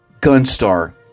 Gunstar